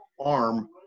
arm